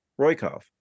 Roykov